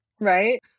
Right